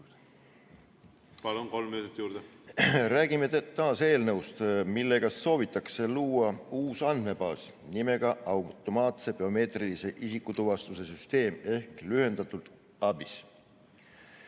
Palun! Kolm minutit juurde. Räägime taas eelnõust, millega soovitakse luua uus andmebaas nimega automaatse biomeetrilise isikutuvastuse süsteem ehk lühendatult ABIS.